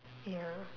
ya